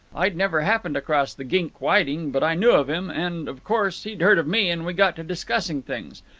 i'd never happened across the gink whiting, but i knew of him, and, of course, he'd heard of me, and we got to discussing things.